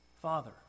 Father